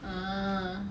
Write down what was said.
ah